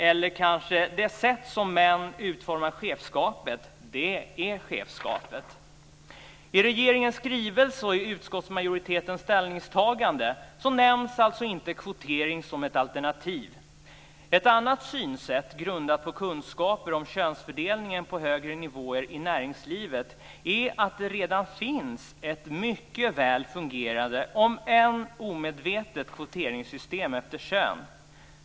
Eller är det kanske det sätt som män utformar chefskapet på som är chefskap? I regeringens skrivelse och i utskottsmajoritetens ställningstagande nämns alltså inte kvotering som ett alternativ. Ett annat synsätt, grundat på kunskaper om könsfördelningen på högre nivåer i näringslivet, är att det redan finns ett mycket väl fungerande om än omedvetet system med kvotering efter kön.